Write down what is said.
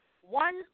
one